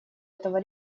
этого